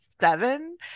seven